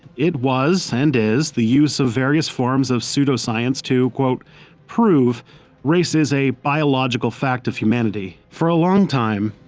it was and is the use of various forms of pseudoscience to prove race is a biological fact of humanity. for a long time,